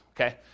Okay